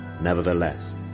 Nevertheless